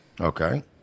Okay